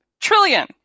trillion